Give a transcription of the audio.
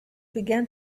began